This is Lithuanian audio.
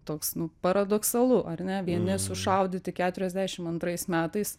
toks nu paradoksalu ar ne vieni sušaudyti keturiasdešim antrais metais